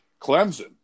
Clemson